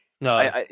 No